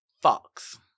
Fox